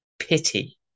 Pity